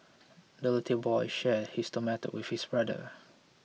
little boy shared his tomato with his brother